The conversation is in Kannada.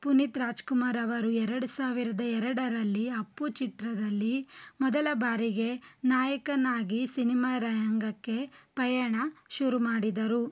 ಪುನೀತ್ ರಾಜ್ಕುಮಾರವರು ಎರಡು ಸಾವಿರದ ಎರಡರಲ್ಲಿ ಅಪ್ಪು ಚಿತ್ರದಲ್ಲಿ ಮೊದಲ ಬಾರಿಗೆ ನಾಯಕನಾಗಿ ಸಿನಿಮಾ ರಂಗಕ್ಕೆ ಪಯಣ ಶುರುಮಾಡಿದರು